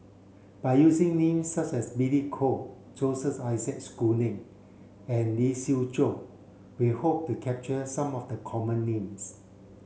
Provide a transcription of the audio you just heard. by using names such as Billy Koh Joseph Isaac Schooling and Lee Siew Choh we hope to capture some of the common names